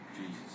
Jesus